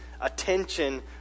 attention